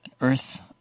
earth